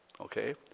okay